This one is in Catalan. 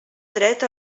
dret